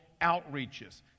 outreaches